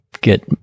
get